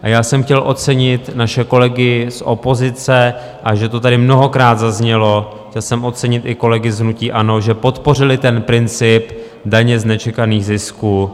A já jsem chtěl ocenit naše kolegy z opozice, a že to tady mnohokrát zaznělo, chtěl jsem ocenit i kolegy z hnutí ANO, že podpořili princip daně z nečekaných zisků.